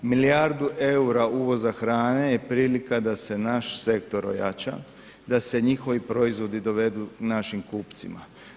Milijardu EUR-a uvoza hrane je prilika da se naš sektor ojača, da se njihovi proizvodi dovedu našim kupcima.